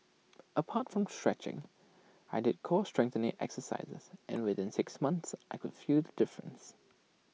apart from stretching I did core strengthening exercises and within six months I could feel the difference